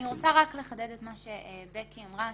אני רוצה רק לחדד את מה שבקי אמרה,